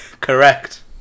Correct